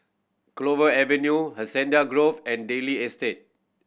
Clover Avenue Hacienda Grove and Daley Estate